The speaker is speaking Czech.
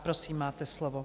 Prosím, máte slovo.